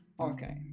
okay